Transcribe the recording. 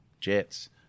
jets